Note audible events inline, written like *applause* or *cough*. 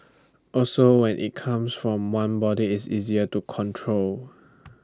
also when IT comes from one body it's easier to control *noise*